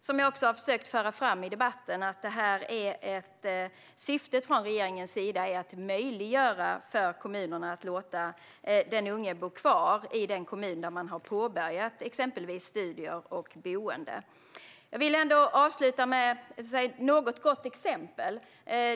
Som jag också har försökt föra fram i debatten är syftet från regeringens sida att möjliggöra för kommunerna att låta den unge bo kvar i den kommun där exempelvis studier har påbörjats och boende finns. Jag vill ändå avsluta med att ge något gott exempel.